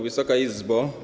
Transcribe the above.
Wysoka Izbo!